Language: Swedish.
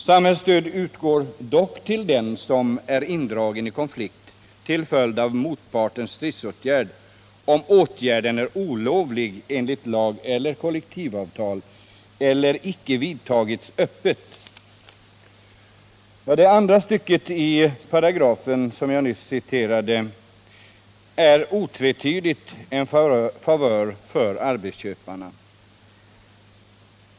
Samhällsstöd utgår dock till den som är indragen i konflikt till följd av motparts stridsåtgärd, om åtgärden är olovlig enligt lag eller kollektivavtal eller icke vidtages öppet.” Andra meningen i den paragraf som jag nyss citerade innebär en otvetydig favör för arbetsköparna.